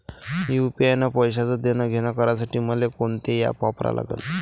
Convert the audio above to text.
UPI न पैशाचं देणंघेणं करासाठी मले कोनते ॲप वापरा लागन?